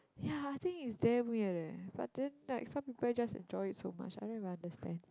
ya I think is damn weird eh but then like some people just enjoy it so much I don't even understand